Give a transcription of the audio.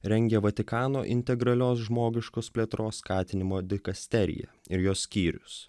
rengia vatikano integralios žmogiškos plėtros skatinimo dikasterija ir jos skyrius